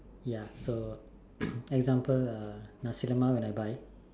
ya so example nice lemon when I buy